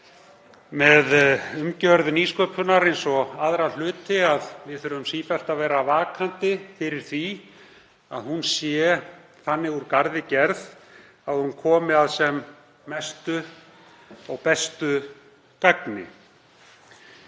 með umgjörð nýsköpunar eins og aðra hluti að við þurfum sífellt að vera vakandi fyrir því að hún sé þannig úr garði gerð að hún komi að sem mestu og bestu gagni.